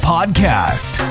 Podcast